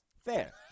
Fair